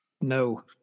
no